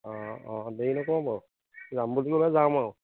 অঁ অঁ দেৰি নকওঁ বাৰু যাম বুলি ক'লে যাম আৰু